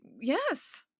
yes